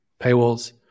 paywalls